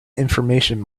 information